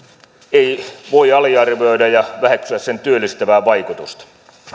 ei voi aliarvioida ja väheksyä sen työllistävää vaikutusta